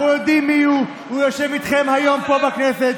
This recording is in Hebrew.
אנחנו יודעים מיהו, הוא יושב איתכם היום פה בכנסת.